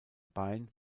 bein